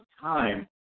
time